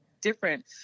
different